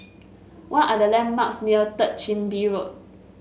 what are the landmarks near Third Chin Bee Road